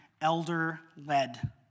elder-led